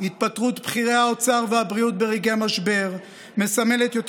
התפטרות בכירי האוצר והבריאות ברגעי משבר מסמלת יותר